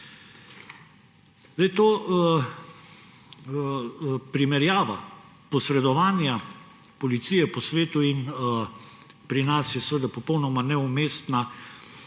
Ta primerjava posredovanja policije po svetu in pri nas je seveda popolnoma neumestna.